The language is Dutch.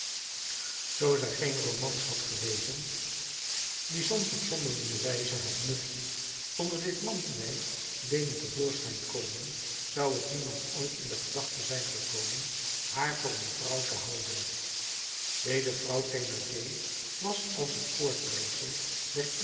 zoo zij geen romans had gelezen die soms op zonderlinge wijze het nufje onder dit manwijf deden te voorschijn komen zou t niemand ooit in de gedachte zijn gekomen haar voor een vrouw te houden deze vrouw thénardier was als het voortbrengsel der